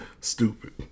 stupid